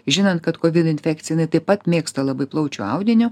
žinant kad kovid infekcija jnai taip pat mėgsta labai plaučių audinio